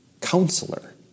counselor